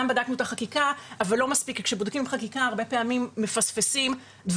גם בדקנו את החקיקה אבל לא מספיק לבדוק רק את החקיקה,